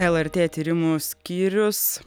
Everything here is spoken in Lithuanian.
lrt tyrimų skyrius